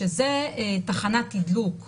שזה תחנת תדלוק בגז.